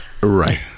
right